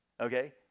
okay